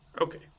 Okay